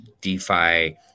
DeFi